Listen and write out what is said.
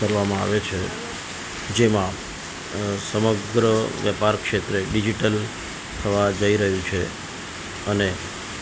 કરવામાં આવે છે જેમાં સમગ્ર વેપાર ક્ષેત્રે ડિઝિટલ થવા જઈ રહ્યું છે અને